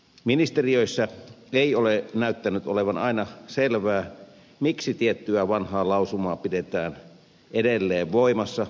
ministeriöissä ei ole näyttänyt olevan aina selvää miksi tiettyä vanhaa lausumaa pidetään edelleen voimassa poistoesityksistä huolimatta